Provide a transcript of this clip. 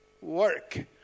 work